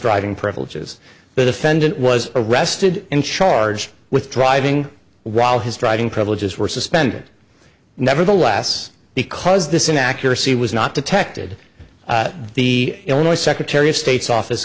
driving privileges the defendant was arrested and charged with driving while his driving privileges were suspended nevertheless because this inaccuracy was not detected the illinois secretary of state